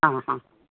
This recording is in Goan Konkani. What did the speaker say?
आं हां